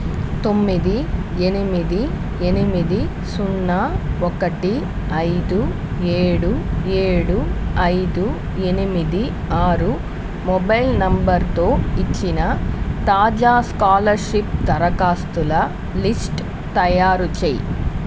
తొమ్మిది ఎనిమిది ఎనిమిది సున్నా ఒకటి ఐదు ఏడు ఏడు ఐదు ఎనిమిది ఆరు మొబైల్ నెంబర్తో ఇచ్చిన తాజా స్కాలర్షిప్ దరఖాస్తుల లిస్ట్ తయారు చెయ్యి